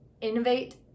innovate